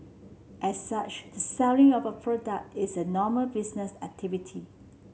as such the selling of our product is a normal business activity